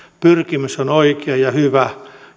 pyrkimys on oikea ja hyvä